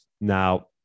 Now